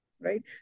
Right